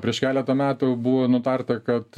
prieš keletą metų buvo nutarta kad